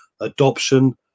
adoption